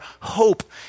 hope